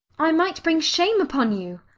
i might bring shame upon you!